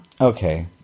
Okay